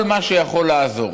כל מה שיכול לעזור.